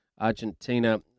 argentina